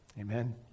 Amen